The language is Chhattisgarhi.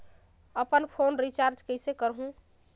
अपन फोन रिचार्ज कइसे करहु?